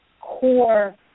core